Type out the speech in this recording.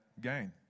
gain